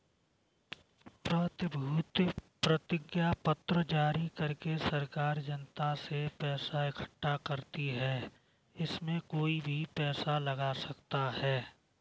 प्रतिभूति प्रतिज्ञापत्र जारी करके सरकार जनता से पैसा इकठ्ठा करती है, इसमें कोई भी पैसा लगा सकता है